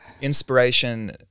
inspiration